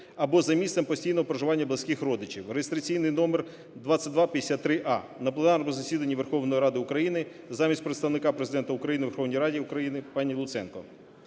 або за місцем постійного проживання близьких родичів" (реєстраційний номер 2253а) на пленарному засіданні Верховної Ради України замість Представника Президента України у Верховній Раді України пані Луценко.